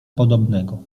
podobnego